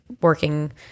working